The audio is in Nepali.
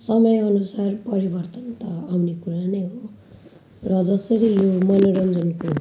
समय अनुसार परिवर्तन त आउने कुरा नै हो र जसरी यो मनोरञ्जनको